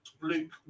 Luke